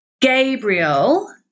Gabriel